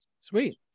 sweet